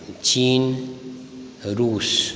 चीन रुस